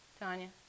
Tanya